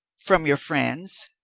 from your friends?